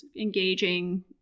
engaging